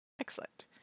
Excellent